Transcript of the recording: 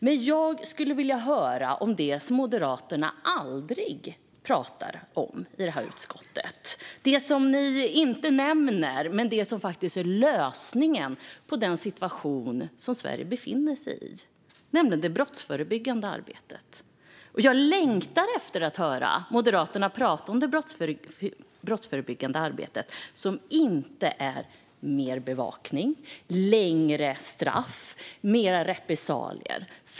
Men jag skulle vilja höra om det som Moderaterna aldrig talar om i detta utskott - om det som ni inte nämner men som faktiskt är lösningen på den situation som Sverige befinner sig i, nämligen det brottsförebyggande arbetet. Jag längtar efter att höra Moderaterna tala om det brottsförebyggande arbetet, som inte är mer bevakning, längre straff och mer repressalier.